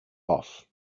off